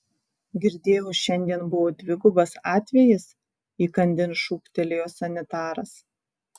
girdėjau šiandien buvo dvigubas atvejis įkandin šūktelėjo sanitaras